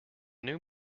new